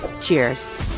cheers